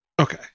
Okay